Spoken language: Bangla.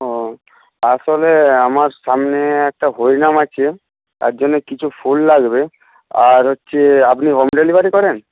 ও আসলে আমার সামনে একটা হরিনাম আছে তার জন্যে কিছু ফুল লাগবে আর হচ্ছে আপনি হোম ডেলিভারি করেন